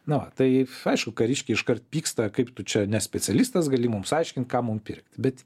na va tai aišku kariškiai iškart pyksta kaip tu čia ne specialistas gali mums aiškint ką mum pirkt bet